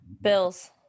Bills